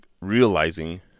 realizing